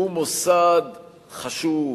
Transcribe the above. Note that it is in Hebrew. הוא מוסד חשוב,